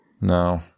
No